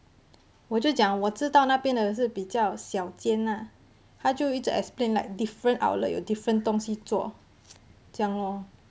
我就讲我知道那边的是比较小间啦她就一直 explain like different outlet 有 different 东西做这样咯